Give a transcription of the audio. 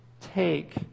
take